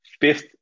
fifth